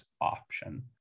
option